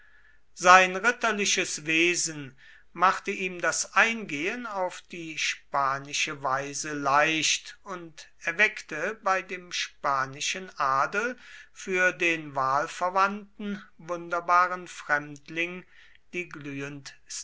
sein ritterliches wesen machte ihm das eingehen auf die spanische weise leicht und erweckte bei dem spanischen adel für den wahlverwandten wunderbaren fremdling die glühendste